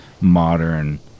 modern